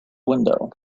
window